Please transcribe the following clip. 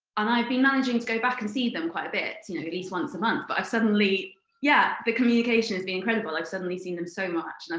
and i've been managing to go back and see them quite a bit, at least once a month. but i've suddenly yeah, the communication has been incredible. i've suddenly seen them so much.